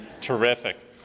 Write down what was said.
terrific